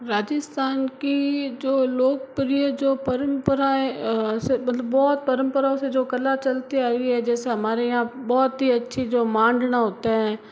राजस्थान की जो लोकप्रिय जो परम्पराएँ मलतब बहुत परम्पराओं से जो कला चलती आयी है जैसे हमारे यहाँ बहुत ही अच्छी जो मांडना होता है